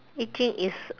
易经 is